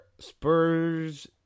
Spurs